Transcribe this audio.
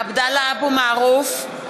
(קוראת בשמות חברי הכנסת) עבדאללה אבו מערוף,